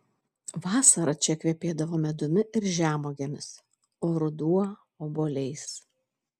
vasara čia kvepėdavo medumi ir žemuogėmis o ruduo obuoliais